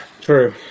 True